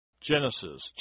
Genesis